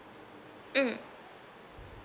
mm